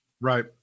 right